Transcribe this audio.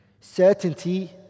Certainty